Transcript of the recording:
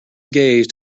gaze